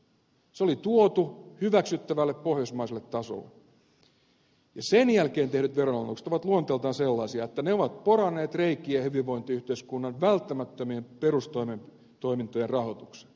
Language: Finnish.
se oli tuotu hyväksyttävälle pohjoismaiselle tasolle ja sen jälkeen tehdyt veronalennukset ovat luonteeltaan sellaisia että ne ovat poranneet reikiä hyvinvointiyhteiskunnan välttämättömien perustoimintojen rahoitukseen